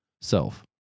self